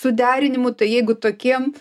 suderinimų tai jeigu tokiem